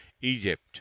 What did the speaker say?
Egypt